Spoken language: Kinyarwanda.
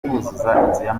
y’amagorofa